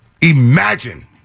imagine